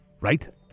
right